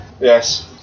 yes